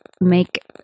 make